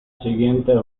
siguiente